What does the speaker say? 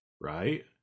right